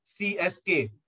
CSK